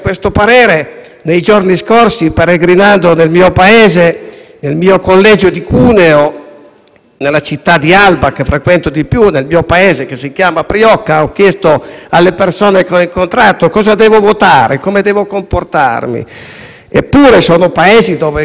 nella città di Alba, che frequento di più, e nel mio paese che si chiama Priocca, ho chiesto alle persone che ho incontrato cosa devo votare e come devo comportarmi. Sono paesi dove ci sono una tradizione cristiana, il senso del dovere e l'amore per il lavoro.